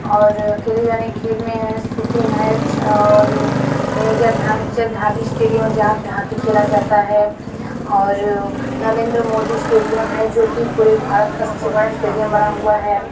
और खेले जाने खेल में है शूटिंग है छ और मेजर ध्यानचंद हॉकी स्टेडियम जहाँ की हॉकी खेला जाता है और नरेंद्र मोदी स्टेडियम है जो कि पूरे भारत का सबसे बड़ा स्टेडियम बना हुआ है